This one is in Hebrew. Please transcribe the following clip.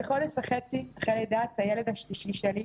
כחודש וחצי אחרי לידת הילד השלישי שלי,